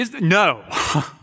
No